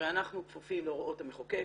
הרי אנחנו כפופים להוראות המחוקק,